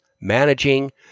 managing